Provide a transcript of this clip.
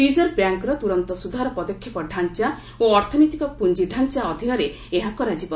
reserve ବ୍ୟାଙ୍କ୍ର ତୁରନ୍ତ ସୁଧାର ପଦକ୍ଷେପ ଢାଞ୍ଚା ଓ ଅର୍ଥନୈତିକ ପୁଞ୍ଜ ଡାଞ୍ଚା ଅଧୀନରେ ଏହା କରାଯିବ